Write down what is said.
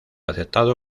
aceptado